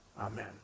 Amen